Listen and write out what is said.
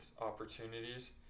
opportunities